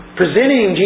presenting